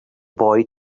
boy